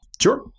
Sure